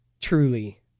truly